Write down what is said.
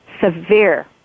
severe